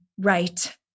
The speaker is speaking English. Right